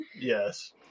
Yes